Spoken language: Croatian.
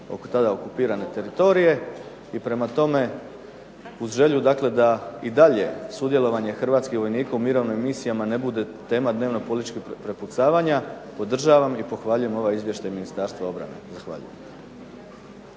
tada okupirane teritorije. I prema tome, uz želju dakle da i dalje sudjelovanje hrvatskih vojnika u mirovnim misijama ne bude tema dnevno političkog prepucavanja podržavam i pohvaljujem ovaj izvještaj Ministarstva obrane. Zahvaljujem.